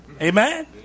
Amen